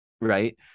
Right